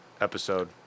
episode